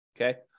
Okay